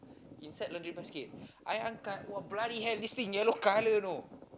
inside laundry basket I angkat !wah! bloody hell this thing yellow colour know